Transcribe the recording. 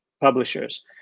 Publishers